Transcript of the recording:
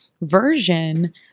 version